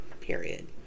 Period